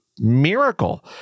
Miracle